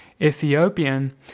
Ethiopian